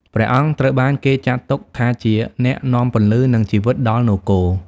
ព្រះអង្គត្រូវបានគេចាត់ទុកជាអ្នកនាំពន្លឺ និងជីវិតដល់នគរ។